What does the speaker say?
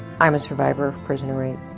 i'm a survivor of prisoner rape.